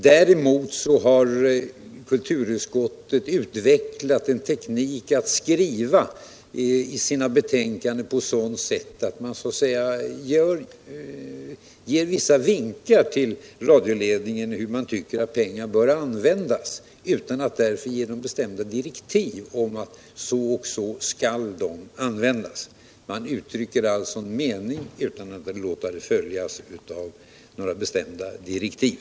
Däremot har kulturutskottet utvecklat en teknik att skriva i sina betänkanden på ett sådant sätt att man ger vissa vinkar till radioledningen hur man tycker att pengarna bör användas. Man uttrycker alltså en mening utan att låta den följas av några bestämda direktiv.